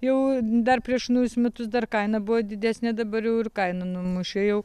jau dar prieš naujus metus dar kaina buvo didesnė dabar jau ir kainą numušė jau